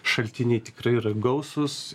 šaltiniai tikrai yra gausūs